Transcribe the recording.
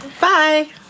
Bye